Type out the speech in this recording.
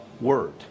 Word